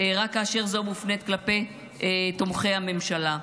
רק כאשר זה מופנה כלפי תומכי הממשלה.